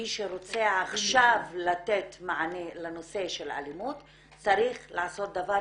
מי שרוצה עכשיו לתת מענה לנושא של אלימות צריך לעשות דבר